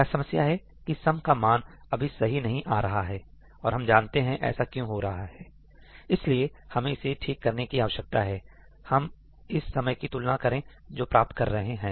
क्या समस्या है की सम का मान अभी सही नहीं आ रहा है और हम जानते हैं ऐसा क्यों हो रहा है इसलिएहमें इसे ठीक करने की आवश्यकता है हम इस समय की तुलना करें जो प्राप्त कर रहे हैं